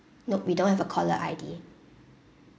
nope we don't have a caller I_D